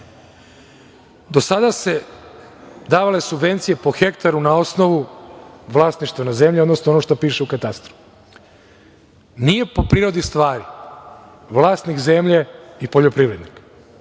sada su se davale subvencije po hektaru na osnovu vlasništva na zemlji, odnosno onog što piše u katastru. Nije po prirodi stvari vlasnik zemlje i poljoprivrednik,